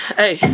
hey